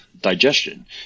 digestion